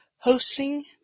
Hosting